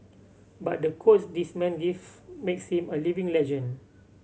but the quotes this man gives makes him a living legend